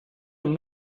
and